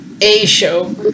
A-show